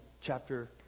chapter